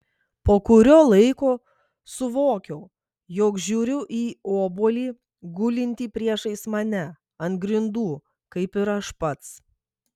po kurio laiko suvokiau jog žiūriu į obuolį gulintį priešais mane ant grindų kaip ir aš pats